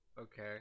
Okay